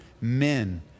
men